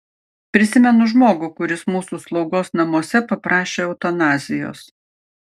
prisimenu žmogų kuris mūsų slaugos namuose paprašė eutanazijos